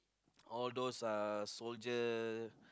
all those are soldier